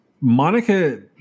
Monica